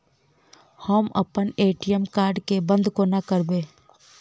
हम अप्पन ATM card केँ बंद कोना करेबै?